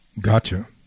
Gotcha